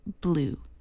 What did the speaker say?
blue